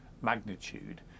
magnitude